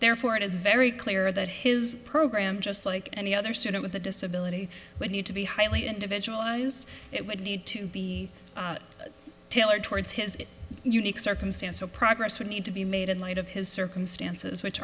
therefore it is very clear that his program just like any other student with a disability would need to be highly individualized it would need to be tailored towards his unique circumstance so progress would need to be made in light of his circumstances which